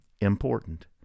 important